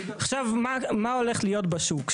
עכשיו, מה הולך להיות בשוק.